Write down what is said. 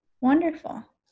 Wonderful